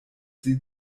sie